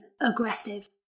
aggressive